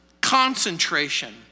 concentration